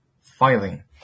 filing